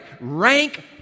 Rank